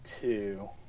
two